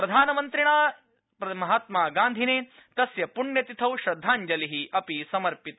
प्रधानमन्त्रिणा महात्मागान्धिने तस्य पृण्यतिथौ श्रद्धाञ्जलि अर्पित